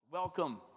Welcome